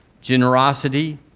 generosity